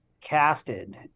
casted